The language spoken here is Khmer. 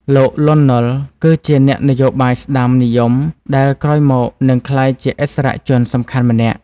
លោក លន់ ណុល គឺជាអ្នកនយោបាយស្ដាំនិយមដែលក្រោយមកនឹងក្លាយជាឥស្សរជនសំខាន់ម្នាក់។